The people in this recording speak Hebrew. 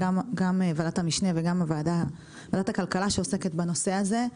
גם ועדת המשנה וגם ועדת הכלכלה שעוסקת בנושא הזה.